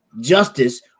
justice